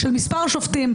של מספר שופטים,